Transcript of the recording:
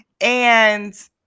and-